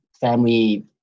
family